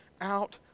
out